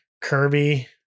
Kirby